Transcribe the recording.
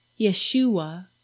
Yeshua